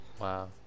wow